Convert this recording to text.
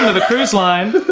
the cruise line.